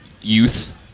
youth